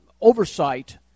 Oversight